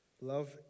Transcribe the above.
Love